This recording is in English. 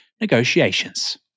negotiations